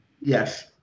Yes